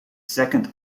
second